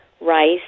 rice